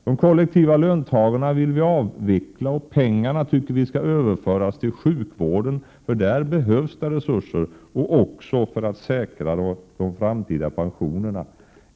De kollektiva löntagarfonderna vill vi avveckla och överföra deras medel till sjukvården, där det behövs resurser, och till pensionssystemet för att säkra de framtida pensionerna.